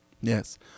Yes